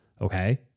Okay